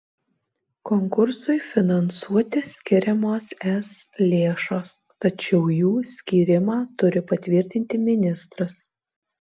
konkursui finansuoti skiriamos es lėšos tačiau jų skyrimą turi patvirtinti ministras